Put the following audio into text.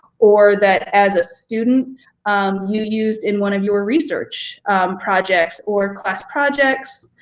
or that as a student you used in one of your research projects or class projects,